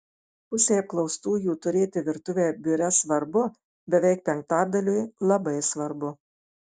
pusei apklaustųjų turėti virtuvę biure svarbu beveik penktadaliui labai svarbu